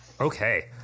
Okay